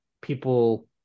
people